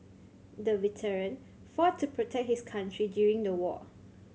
the veteran fought to protect his country during the war